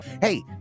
Hey